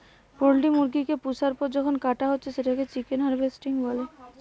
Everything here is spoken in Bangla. পোল্ট্রি মুরগি কে পুষার পর যখন কাটা হচ্ছে সেটাকে চিকেন হার্ভেস্টিং বলে